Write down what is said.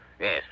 Yes